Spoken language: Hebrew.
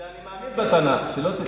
אני מאמין בתנ"ך, שלא תחשוב.